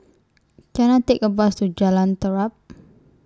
Can I Take A Bus to Jalan Terap